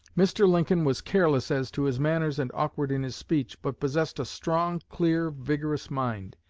mr. lincoln was careless as to his manners and awkward in his speech, but possessed a strong, clear, vigorous mind.